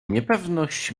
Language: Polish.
niepewność